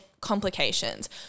complications